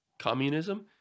communism